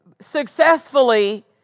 successfully